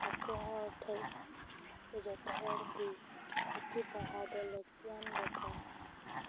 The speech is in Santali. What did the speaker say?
ᱡᱚᱛᱚᱦᱚᱲ ᱴᱷᱮᱱ ᱥᱮ ᱡᱚᱛᱚ ᱦᱚᱲᱜᱮ ᱯᱩᱛᱷᱤ ᱯᱟᱲᱦᱟᱣ ᱫᱚ ᱞᱟᱹᱠᱛᱤ ᱟᱱ ᱵᱮᱯᱟᱨ ᱠᱟᱱᱟ